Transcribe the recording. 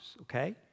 okay